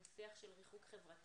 הוא שיח של ריחוק חברתי,